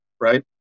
right